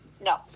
No